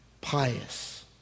pious